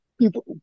People